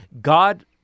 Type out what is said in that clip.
God